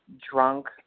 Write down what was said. drunk